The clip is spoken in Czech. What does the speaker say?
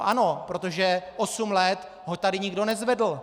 Ano, protože osm let ho tady nikdo nezvedl.